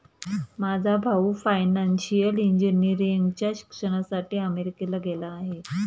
माझा भाऊ फायनान्शियल इंजिनिअरिंगच्या शिक्षणासाठी अमेरिकेला गेला आहे